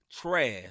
trash